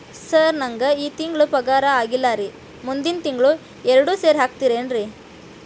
sir ನಂಗ ಈ ತಿಂಗಳು ಪಗಾರ ಆಗಿಲ್ಲಾರಿ ಮುಂದಿನ ತಿಂಗಳು ಎರಡು ಸೇರಿ ಹಾಕತೇನ್ರಿ